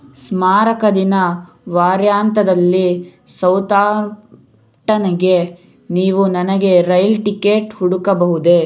ಸ್ಮಾರಕ ದಿನ ವಾರ್ಯಾಂತದಲ್ಲಿ ಸೌತಾಪ್ಟನಗೆ ನೀವು ನನಗೆ ರೈಲ್ ಟಿಕೆಟ್ ಹುಡುಕಬಹುದೇ